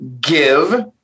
give